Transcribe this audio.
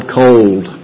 cold